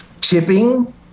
chipping